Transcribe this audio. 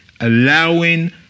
allowing